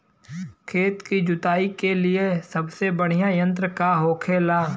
खेत की जुताई के लिए सबसे बढ़ियां यंत्र का होखेला?